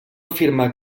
afirmar